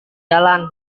jalan